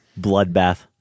bloodbath